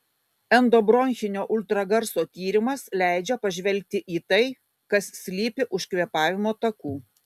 endobronchinio ultragarso tyrimas leidžia pažvelgti į tai kas slypi už kvėpavimo takų